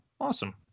awesome